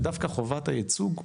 ודווקא חובת הייצוג מצליחה,